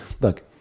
look